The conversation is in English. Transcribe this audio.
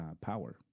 power